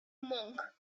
monk